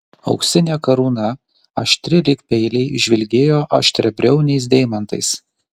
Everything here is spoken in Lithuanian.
auksinė karūna aštri lyg peiliai žvilgėjo aštriabriauniais deimantais